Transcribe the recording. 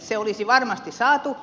se olisi varmasti saatu